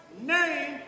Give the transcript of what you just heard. name